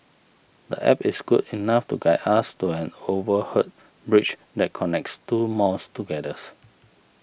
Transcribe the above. the App is good enough to guide us to an overhead bridge that connects two malls together